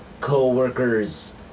co-worker's